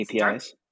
APIs